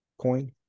Coin